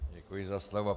Děkuji za slovo.